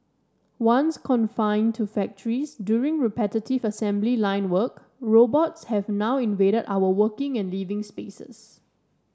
once confined to factories doing repetitive assembly line work robots have now invaded our working and living spaces